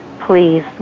please